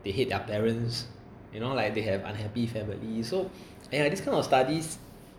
they hate their parents you know like they have unhappy family so !aiya! this kind of studies